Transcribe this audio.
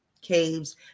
caves